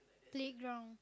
playground